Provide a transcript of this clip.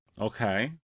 Okay